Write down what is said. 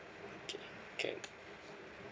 okay can